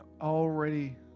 already